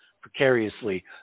precariously